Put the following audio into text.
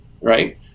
right